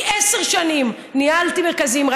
כי עשר שנים ניהלתי מרכזים,